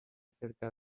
cerca